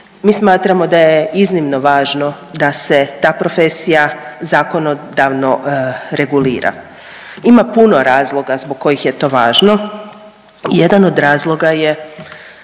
Mi smatramo da je iznimno važno da se ta profesija zakonodavno regulira. Ima puno razloga zbog kojih je to važno, jedan od razloga